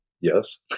Yes